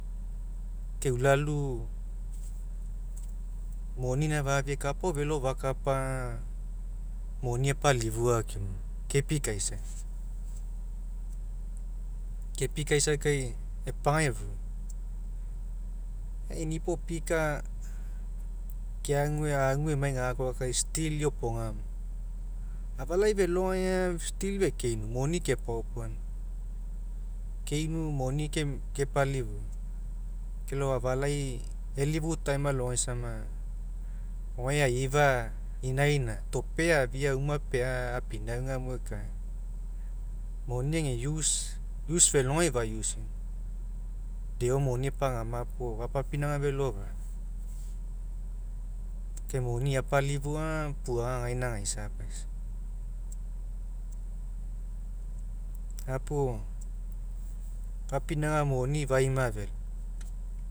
Keulalu moni gaina fafia kapa ao felo fakapa aga, moni apalifua keoma, kepikaisai. Kepikaisai kai epagai efua inipo pika keague ague emai gakoa kai still iopogamo. Afalai felogai aga still fekeinu moni kepaopoania keinu moni kepalifua kelao afalai elifu time alogai sama, maoai aifa inaina topea afia uma lea apinauga mo ekae. Moni ega use felogai fausiaina, deo moni epagama puo fapapinauga felo fagu ke moni apalifua aga gaina agaisa paisa gapuo fapinauga moni faima felo.